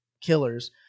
killers